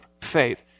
faith